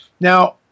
Now